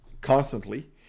constantly